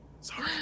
Sorry